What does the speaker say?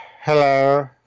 Hello